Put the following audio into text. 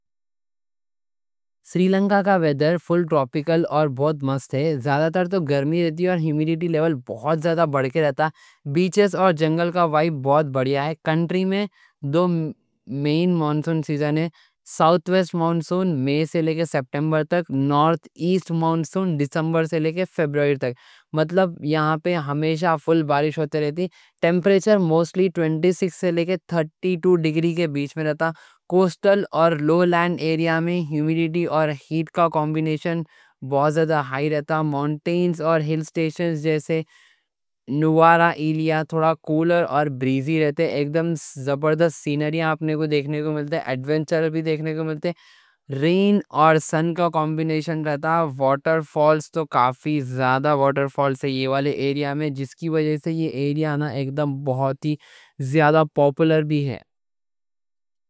سری لنکا کا ویڈر فل ٹروپیکل اور بہوت مست ہے۔ زیادہ تر تو گرمی رہتی اور ہیمیڈیٹی لیول بہوت زیادہ بڑھ کے رہتا۔ بیچز اور جنگل کا وائب بہوت بڑیا ہے۔ کنٹری میں دو مین مانسون سیزن ہے، ساؤتھ ویسٹ مانسون مئی سے لے کے ستمبر تک، نارتھ ایسٹ مانسون دسمبر سے لے کے فروری تک۔ مطلب یہاں پہ ہمیشہ فل بارش ہوتے رہتی۔ ٹیمپریچر موسٹلی ٹوئنٹی سکس سے لے کے تھرٹی ٹو ڈگری کے بیچ میں رہتا۔ کوسٹل اور لو لینڈ ایریا میں ہیمیڈیٹی اور ہیٹ کا کمبینیشن بہوت زیادہ ہائی رہتا۔ مونٹینز اور ہل سٹیشنز جیسے نوارا ایلیا تھوڑا کولر اور بریزی رہتے۔ ایک دم زبردست سینریا آپنے کو دیکھنے کو ملتے ہیں، ایڈونچر بھی دیکھنے کو ملتے ہیں۔ رین اور سن کا کمبینیشن رہتا۔ وارٹر فالز تو کافی زیادہ وارٹر فالز ہیں یہ والے ایریا میں، جس کی وجہ سے یہ ایریا ایک دم بہوت زیادہ پوپلر بھی ہے۔